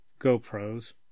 GoPros